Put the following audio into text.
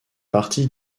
partie